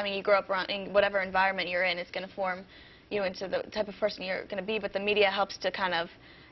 i mean you grow up running whatever environment you're in is going to form you into the type of person you're going to be but the media helps to kind of